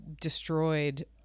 destroyed